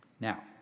Now